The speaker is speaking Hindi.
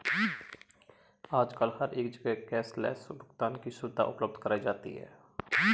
आजकल हर एक जगह कैश लैस भुगतान की सुविधा उपलब्ध कराई जाती है